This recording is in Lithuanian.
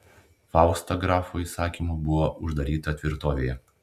fausta grafo įsakymu buvo uždaryta tvirtovėje